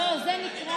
נוכח.